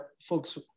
folks